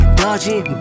dodging